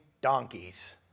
donkeys